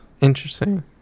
interesting